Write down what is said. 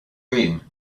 room